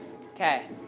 okay